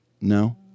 no